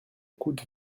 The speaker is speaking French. coup